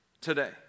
today